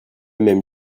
même